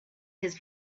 his